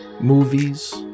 movies